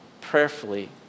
prayerfully